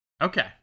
Okay